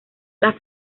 las